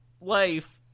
life